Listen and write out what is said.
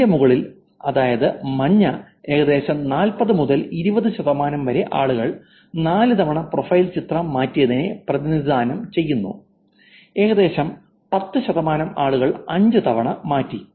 അതിന്റെ മുകളിൽ അതായത് മഞ്ഞ ഏകദേശം 40 മുതൽ 20 ശതമാനം ആളുകൾ 4 തവണ പ്രൊഫൈൽ ചിത്രങ്ങൾ മാറ്റിയതിനെ പ്രതിനിധാനം ചെയ്യുന്നു ഏകദേശം 10 ശതമാനം ആളുകൾ 5 തവണ മാറ്റി